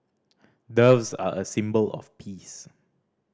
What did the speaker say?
doves are a symbol of peace